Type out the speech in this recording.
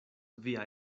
via